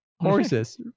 Horses